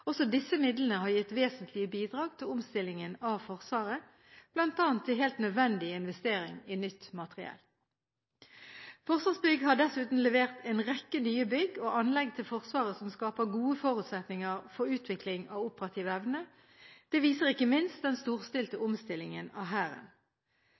Også disse midlene har gitt vesentlige bidrag til omstillingen av Forsvaret, bl.a. til helt nødvendige investeringer i nytt materiell. Forsvarsbygg har dessuten levert en rekke nye bygg og anlegg til Forsvaret som skaper gode forutsetninger for utvikling av operativ evne. Det viser ikke minst den storstilte